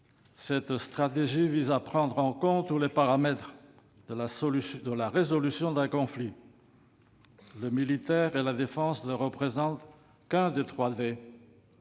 Cette stratégie vise à prendre en compte tous les paramètres de la résolution d'un conflit. Le militaire et la « défense » ne représentent que l'un des trois «